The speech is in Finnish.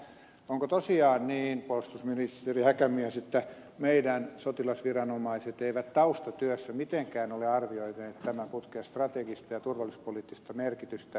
onko tosiaan niin puolustusministeri häkämies että meidän sotilasviranomaisemme eivät taustatyössä mitenkään ole arvioineet tämän putken strategista ja turvallisuuspoliittista merkitystä